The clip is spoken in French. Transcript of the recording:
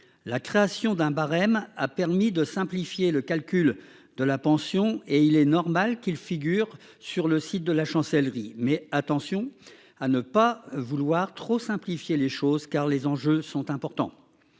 la création d'un barème a permis de simplifier le calcul de la pension et il est normal qu'il figure sur le site de la chancellerie. Mais attention à ne pas vouloir trop simplifier les choses, car les enjeux sont importants.